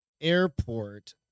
airport